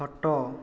ଖଟ